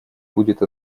будет